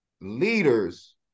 leaders